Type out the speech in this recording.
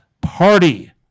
Party